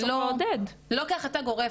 לא כהחלטה גורפת.